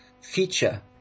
feature